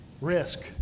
risk